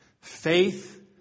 Faith